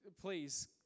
please